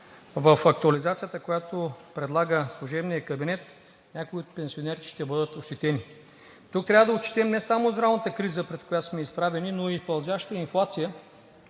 в актуализацията, която предлага служебният кабинет, някои от пенсионерите ще бъдат ощетени. Тук трябва да отчетем не само здравната криза, пред която сме изправени, но и пълзящата инфлация,